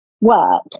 work